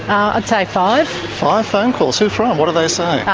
i'd say five. five phone calls? who from? what are they saying?